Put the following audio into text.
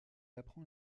apprend